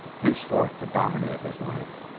henceforth to dominate his life.